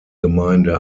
gemeinde